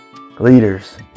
Leaders